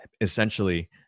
essentially